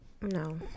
No